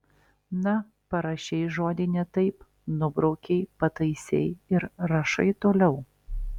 na parašei žodį ne taip nubraukei pataisei ir rašai toliau